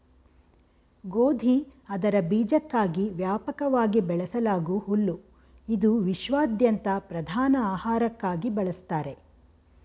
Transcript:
ಗೋಧಿ ಅದರ ಬೀಜಕ್ಕಾಗಿ ವ್ಯಾಪಕವಾಗಿ ಬೆಳೆಸಲಾಗೂ ಹುಲ್ಲು ಇದು ವಿಶ್ವಾದ್ಯಂತ ಪ್ರಧಾನ ಆಹಾರಕ್ಕಾಗಿ ಬಳಸ್ತಾರೆ